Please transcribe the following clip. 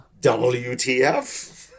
WTF